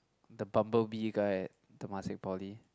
the bumble bee guy at Temasek-Poly